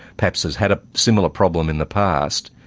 perhaps has had a similar problem in the past,